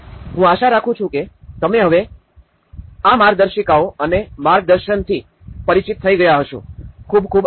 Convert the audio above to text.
હું આશા રાખું છું કે તમે હવે તમે આ માર્ગદર્શિકાઓ અને માર્ગદર્શનથી પરિચિત થઇ ગયા હશો ખૂબ ખૂબ આભાર